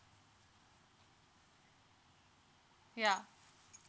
ya